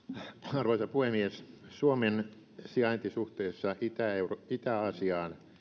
arvoisa puhemies suomen sijainti suhteessa itä aasiaan